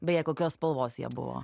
beje kokios spalvos jie buvo